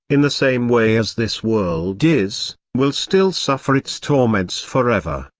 in the same way as this world is, will still suffer its torments forever.